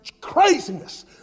craziness